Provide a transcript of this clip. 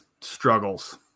struggles